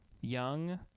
young